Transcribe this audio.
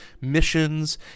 missions